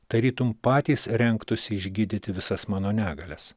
tarytum patys rengtųsi išgydyti visas mano negalias